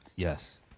Yes